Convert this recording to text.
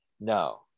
No